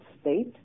state